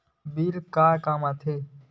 Bill का काम आ थे?